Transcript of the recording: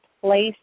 place